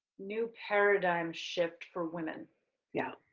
new paradigm shift for women yeah